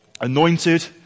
anointed